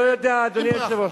אני לא יודע, אדוני היושב-ראש.